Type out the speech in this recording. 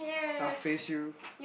I'll face you